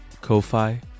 Ko-Fi